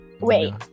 Wait